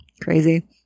Crazy